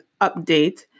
update